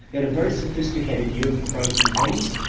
they had a very sophisticated view of the pros and cons,